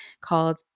called